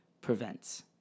prevents